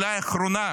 אולי האחרונה,